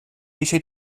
eisiau